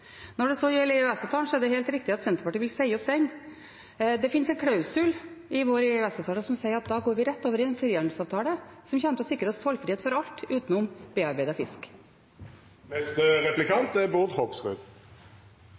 Når det så gjelder EØS-avtalen, er det helt riktig at Senterpartiet vil si opp den. Det finnes en klausul i vår EØS-avtale som sier at vi da går rett over i en frihandelsavtale som kommer til å sikre oss tollfrihet for alt, utenom